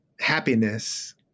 happiness